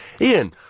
Ian